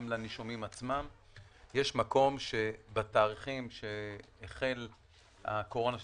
לנישומים עצמם - יש מקום שבתאריכים שהחל הקורונה,